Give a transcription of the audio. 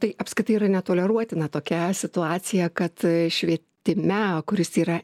tai apskritai yra netoleruotina tokia situacija kad švietime kuris yra